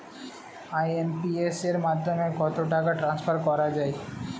IMPS এর মাধ্যমে কত টাকা ট্রান্সফার করা যায়?